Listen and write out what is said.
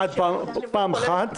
ועדת